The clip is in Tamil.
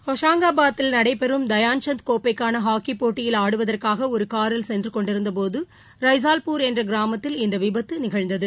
ஹோஷங்காபாத்தில் நடைபெறும் தயான்சந்த் கோப்பைக்கான ஹாக்கி போட்டியில் ஆடுவதற்காக ஒரு காரில் சென்று கொண்டிருந்த போது ரைசாவ்பூர் என்ற கிராமத்தில் இந்த விபத்து நிகழ்ந்தது